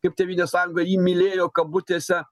kaip tėvynės sąjunga jį mylėjo kabutėse